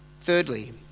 Thirdly